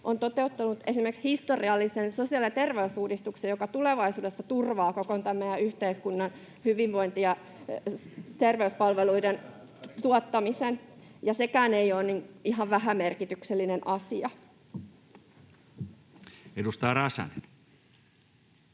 on toteuttanut esimerkiksi historiallisen sosiaali‑ ja terveysuudistuksen, joka tulevaisuudessa turvaa koko tämän meidän yhteiskunnan hyvinvointi‑ ja terveyspalveluiden tuottamisen, ja sekään ei ole ihan vähämerkityksellinen asia. [Speech